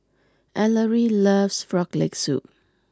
Ellery loves Frog Leg Soup